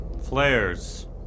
Flares